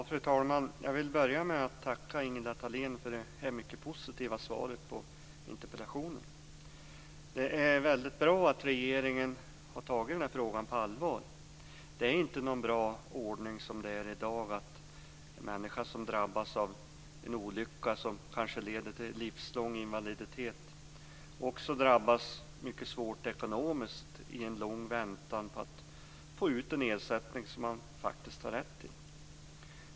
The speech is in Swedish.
Fru talman! Jag vill börja med att tacka Ingela Thalén för det mycket positiva svaret på interpellationen. Det är väldigt bra att regeringen har tagit den här frågan på allvar. Det är inte någon bra ordning, som det är i dag, att en människa som drabbas av en olycka som kanske leder till livslång invaliditet också drabbas mycket svårt ekonomiskt i en lång väntan på att få ut en ersättning som man har rätt till.